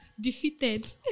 Defeated